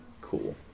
cool